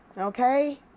Okay